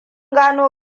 gano